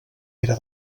era